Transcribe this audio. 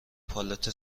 پالت